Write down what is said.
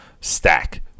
stack